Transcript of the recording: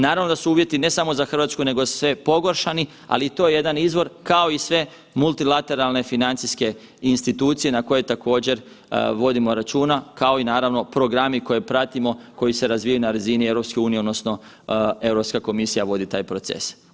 Naravno da su uvjeti ne samo za RH nego se pogoršani, ali i to je jedan izvor kao i sve multilateralne financijske institucije na koje također vodimo računa, kao i naravno programi koje pratimo, koji se razvijaju na razini EU odnosno Europska komisija vodi taj proces.